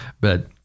But-